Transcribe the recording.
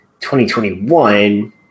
2021